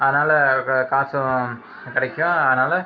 அதனால் காசும் கிடைக்கும் அதனால்